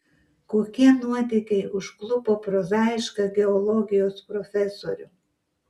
kokie nuotykiai užklupo prozaišką geologijos profesorių